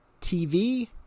TV